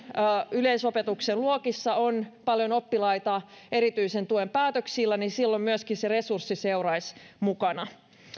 yleisopetuksen luokissa on paljon oppilaita erityisen tuen päätöksillä niin silloin myöskin se resurssi seuraisi mukana